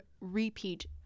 repeat